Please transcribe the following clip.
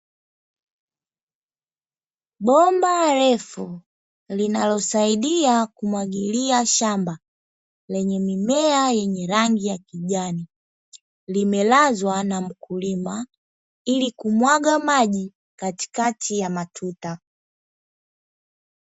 Bomba refu linalosaidia kumwagilia shamba lenye mimea yenye rangi ya Kijani, limelazwa na mkulima ili kumwaga maji katikati ya matuta.